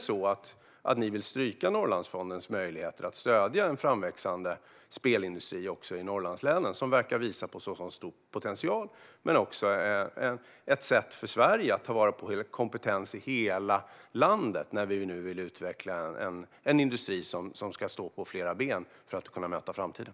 Vill ni stryka Norrlandsfondens möjlighet att stödja den framväxande spelindustrin i Norrlandslänen, som visar på stor potential och är ett sätt för Sverige att ta vara på kompetens i hela landet när vi nu vill utveckla en industri som ska stå på flera ben för att kunna möta framtiden?